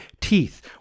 teeth